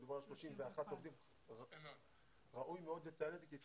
מדובר על 31. ראוי מאוד לציין כי יש